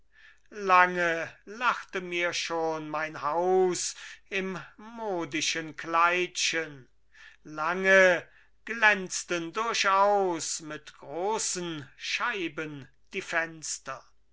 lange lachte mir schon mein haus im modischen kleidchen lange glänzten durchaus mit großen scheiben die fenster